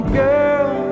girl